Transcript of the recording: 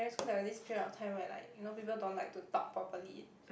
school there was this time where like you know people don't like to talk properly